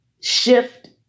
shift